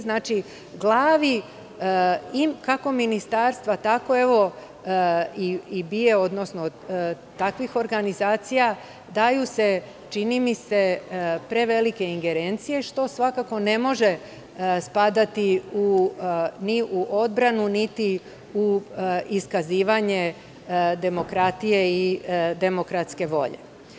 Znači, glavi kako ministarstva, tako i BIA, odnosno takvih organizacija daju se čini mi se prevelike ingerencije, što svakako ne može spadati ni u odbranu, niti u iskazivanje demokratije i demokratske volje.